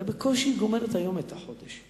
הרי היא בקושי גומרת היום את החודש.